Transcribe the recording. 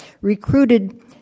recruited